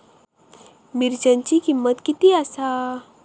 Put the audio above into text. मिरच्यांची किंमत किती आसा?